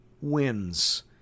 wins